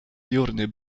jurny